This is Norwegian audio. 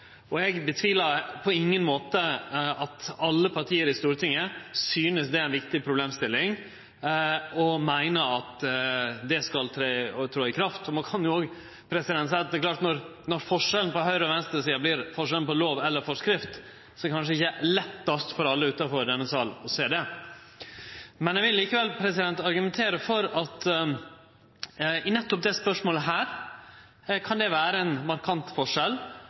Eg tvilar på ingen måte på at alle partia i Stortinget synest det er ei viktig problemstilling og meiner at det skal tre i kraft. Ein kan jo seie at når forskjellen mellom høgre- og venstresida vert forskjellen mellom lov eller forskrift, er det kanskje ikkje så lett for alle utanfor denne salen å sjå det. Eg vil likevel argumentere for at i nettopp dette spørsmålet kan det vere ein markant forskjell,